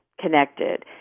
connected